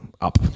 up